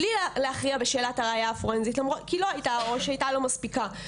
בלי להכריע בשאלת הראיה הפורנזית כי לא הייתה או שהיא הייתה לא מספיקה,